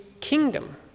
kingdom